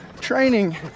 training